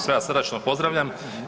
Sve vas srdačno pozdravljam.